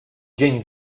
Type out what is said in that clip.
dzień